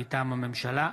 מטעם הממשלה,